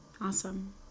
Awesome